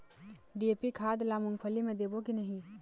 DAP खाद ला मुंगफली मे देबो की नहीं?